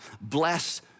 bless